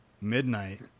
midnight